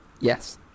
Yes